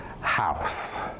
house